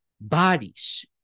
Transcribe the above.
bodies